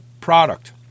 product